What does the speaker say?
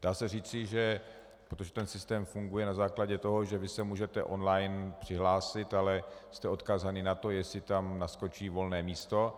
Dá se říci, že protože ten systém funguje na základě toho, že vy se můžete online přihlásit, ale jste odkázán na to, jestli tam naskočí volné místo.